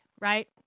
Right